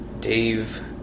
Dave